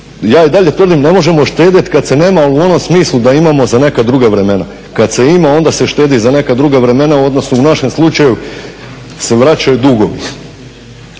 Ja i dalje tvrdim da ne možemo štedjeti kada se nema ali u onom smislu da imamo za neka druga vremena. kada se ima onda se štedi za neka druga vremena u odnosu u našem slučaju se vraćaju dugovi.